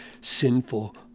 sinful